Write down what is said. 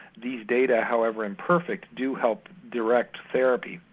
these data, however imperfect, do help direct therapy.